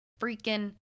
freaking